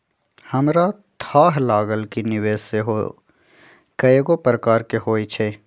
हमरा थाह लागल कि निवेश सेहो कएगो प्रकार के होइ छइ